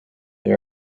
they